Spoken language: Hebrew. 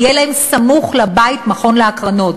יהיה להם סמוך לבית מכון להקרנות.